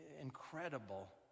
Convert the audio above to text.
incredible